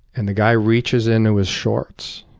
and the guy reaches into his shorts.